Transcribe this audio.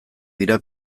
dira